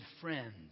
friends